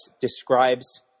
describes